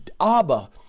Abba